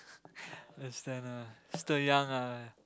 understand ah still young ah